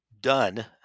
done